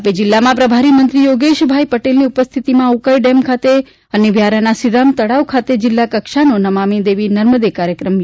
તાપી જિલ્લામાં પ્રભારીમંત્રી યોગેશભાઇ પટેલની ઉપસ્થિતિમાં ઉકાઇ ડેમ ખાતે અને વ્યારાના શ્રીરામ તળાવ ખાતે જિલ્લા કક્ષાનો નમામી દેવી નર્મદે કાર્યક્રમ તા